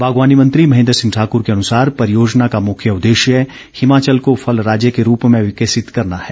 बागवानी मंत्री महेन्द्र सिंह ठाकर के अनुसार परियोजना का मुख्य उददेश्य हिमाचल को फल राज्य के रूप में विकसित करना है